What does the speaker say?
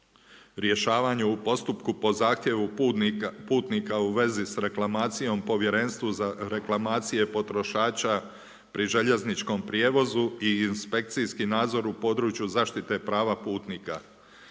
rješavanju u postupku po zahtjevu putnika u vezi sa reklamacijom Povjerenstvu za reklamacije potrošača pri željezničkom prijevozu i inspekcijski nadzor u području zaštite prava putnika.